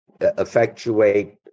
effectuate